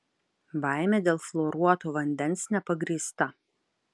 baimė dėl fluoruoto vandens nepagrįsta